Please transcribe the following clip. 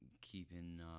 keeping